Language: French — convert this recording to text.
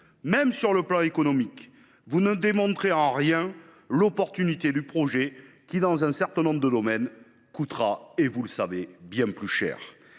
Même sur le plan économique, vous ne démontrez en rien l’opportunité d’un projet qui, dans un certain nombre de domaines, coûtera – vous le savez – bien plus cher